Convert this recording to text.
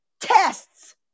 tests